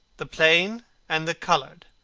the plain and the coloured.